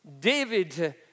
David